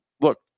look